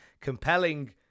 compelling